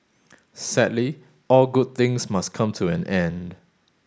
sadly all good things must come to an end